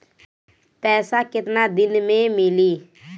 पैसा केतना दिन में मिली?